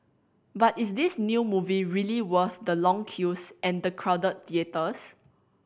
but is this new movie really worth the long queues and the crowded theatres